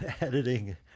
editing